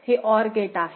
हे OR gate आहे